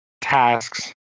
tasks